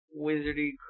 wizardy